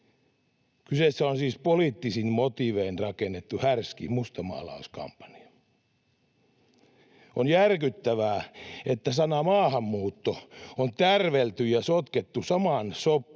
Kyseessä on siis poliittisin motiivein rakennettu härski mustamaalauskampanja. On järkyttävää, että sana ”maahanmuutto” on tärvelty ja sotkettu samaan soppaan,